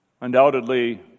Undoubtedly